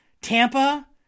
Tampa